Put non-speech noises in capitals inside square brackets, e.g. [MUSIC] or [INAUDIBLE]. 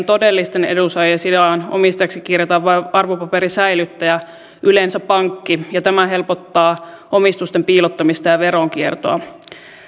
[UNINTELLIGIBLE] todellisten edunsaajien sijaan omistajaksi kirjataan vain arvopaperin säilyttäjä yleensä pankki ja tämä helpottaa omistusten piilottamista ja veronkiertoa